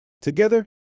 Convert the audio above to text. Together